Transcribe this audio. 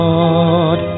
Lord